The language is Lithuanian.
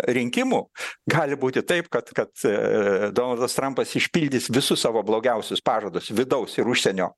rinkimų gali būti taip kad kad donaldas trampas išpildys visus savo blogiausius pažadus vidaus ir užsienio